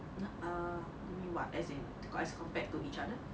no err you mean what as in got as compared to each other